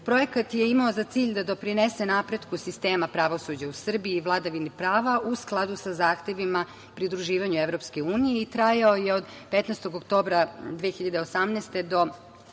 Projekat je imao za cilj da doprinese napretku sistema pravosuđa u Srbiji i vladavini prava, u skladu sa zahtevima pridruživanju EU i trajao je od 15. oktobra 2018. do